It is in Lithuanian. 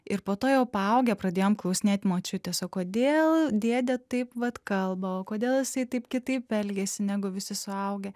ir po to jau paaugę pradėjom klausinėt močiutės o kodėl dėdė taip vat kalba o kodėl jisai taip kitaip elgiasi negu visi suaugę